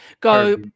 go